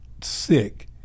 sick